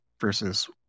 versus